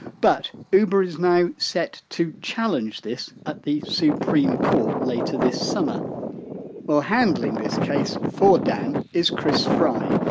but uber is now set to challenge this at the supreme court later this summer well handling this case for dan is chris fry,